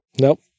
Nope